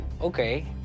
okay